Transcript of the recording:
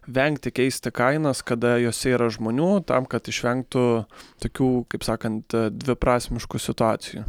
vengti keisti kainas kada jose yra žmonių tam kad išvengtų tokių kaip sakant dviprasmiškų situacijų